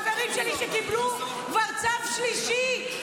חברים שלי קיבלו כבר צו שלישי,